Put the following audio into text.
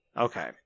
Okay